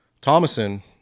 thomason